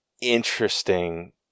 interesting